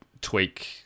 tweak